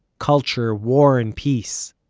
culture, war and peace.